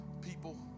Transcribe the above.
people